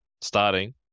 starting